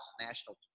national